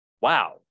wow